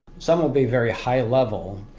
some would be very high-level.